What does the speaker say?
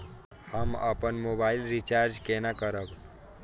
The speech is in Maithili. हम अपन मोबाइल रिचार्ज केना करब?